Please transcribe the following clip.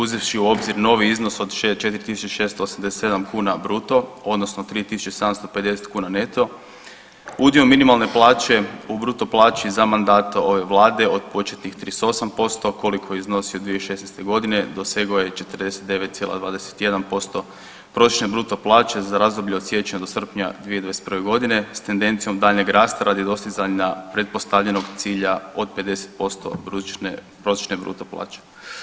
Uzevši u obzir novi iznos od 4.687 kuna bruto, odnosno 3.750 kuna neto udio minimalne plaće u bruto plaći za mandata ove Vlade od početnih 38% koliko je iznosio 2016. godine, dosegao je 49,21% prosječne bruto plaće za razdoblje od siječnja do srpnja 2021. godine s tendencijom daljnjeg rasta radi dostizanja pretpostavljenog cilja od 50% prosječne bruto plaće.